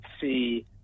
see